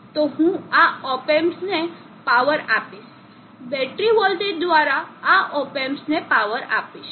તો હું આ op amps ને પાવર આપીશ બેટરી વોલ્ટેજ દ્વારા આ op amps ને પાવર આપીશ